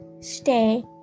stay